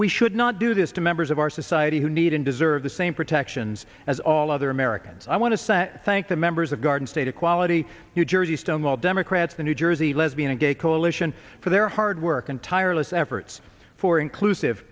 we should not do this to members of our society who need and deserve the same protections as all other americans i want to say thank the members of garden state equality new jersey stonewall democrats the new jersey lesbian and gay coalition for their hard work and tireless efforts for inclusive